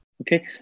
okay